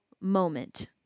moment